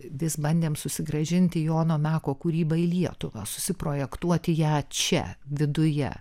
vis bandėm susigrąžinti jono meko kūrybą į lietuvą susiprojektuoti ją čia viduje